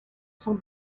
sont